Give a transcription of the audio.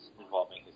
involving